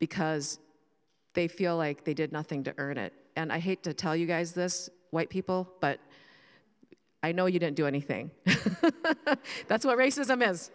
because they feel like they did nothing to earn it and i hate to tell you guys this white people but i know you don't do anything that's why racism